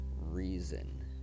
reason